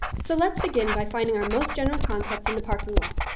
so let's begin by finding our most general concepts in the parking lot.